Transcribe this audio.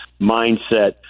mindset